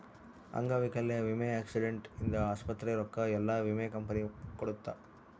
ಅಂಗವೈಕಲ್ಯ ವಿಮೆ ಆಕ್ಸಿಡೆಂಟ್ ಇಂದ ಆಸ್ಪತ್ರೆ ರೊಕ್ಕ ಯೆಲ್ಲ ವಿಮೆ ಕಂಪನಿ ಕೊಡುತ್ತ